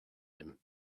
him